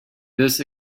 this